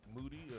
Moody